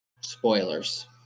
spoilers